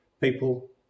people